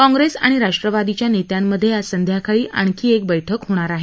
काँप्रेस आणि राष्ट्रवादीच्या नेत्यांमध्ये आज संध्याकाळी आणखी एक बैठक होणार आहे